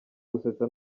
gusetsa